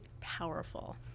powerful